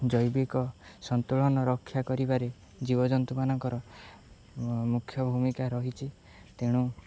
ଜୈବିକ ସନ୍ତୁଳନ ରକ୍ଷା କରିବାରେ ଜୀବଜନ୍ତୁମାନଙ୍କର ମୁଖ୍ୟ ଭୂମିକା ରହିଚି ତେଣୁ